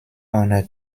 honor